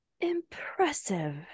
impressive